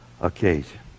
occasion